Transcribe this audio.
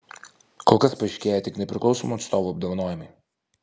kol kas paaiškėję tik nepriklausomų atstovų apdovanojimai